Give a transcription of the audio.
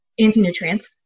antinutrients